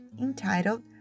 entitled